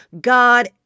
God